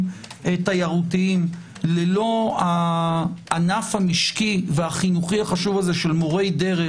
תיירותיים ללא הענף המשקי והחינוכי החשוב הזה של מורי דרך,